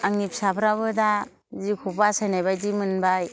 आंनि फिसाफ्राबो दा जिउखौ बासायनाय बायदि मोनबाय